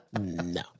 No